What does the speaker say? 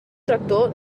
tractor